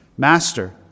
Master